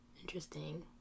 Interesting